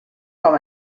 com